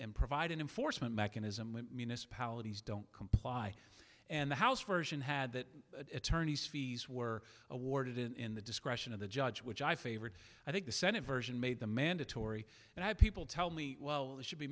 and provide an enforcement mechanism when municipalities don't comply and the house version had that attorney's fees were awarded in the discretion of the judge which i favored i think the senate version made the mandatory and i people tell me well it should be